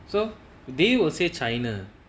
so they will say china